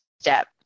step